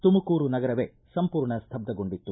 ತುಮಕೂರು ನಗರವೇ ಸಂಪೂರ್ಣ ಸ್ತಬ್ಬಗೊಂಡಿತ್ತು